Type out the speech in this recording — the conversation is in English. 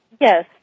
Yes